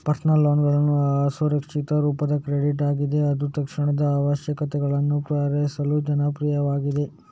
personal ಲೋನ್ಗಳು ಅಸುರಕ್ಷಿತ ರೂಪದ ಕ್ರೆಡಿಟ್ ಆಗಿದ್ದು ಅದು ತಕ್ಷಣದ ಅವಶ್ಯಕತೆಗಳನ್ನು ಪೂರೈಸಲು ಜನಪ್ರಿಯವಾಗಿದೆ